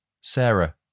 Sarah